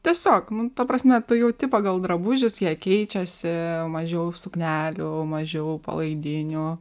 tiesiog nu ta prasme tu jauti pagal drabužius jie keičiasi mažiau suknelių mažiau palaidinių